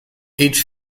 each